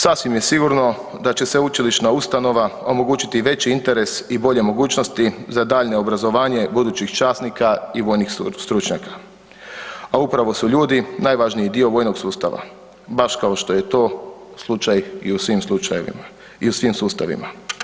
Sasvim je sigurno da će sveučilišna ustanova omogućiti i veći interes i bolje mogućnosti za daljnje obrazovanje budućih časnika i vojnih stručnjaka, a upravo su ljudi najvažniji dio vojnog sustava, baš kao što je to slučaj i u svim slučajevima i u svim sustavima.